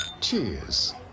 Cheers